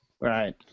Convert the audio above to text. Right